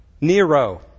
Nero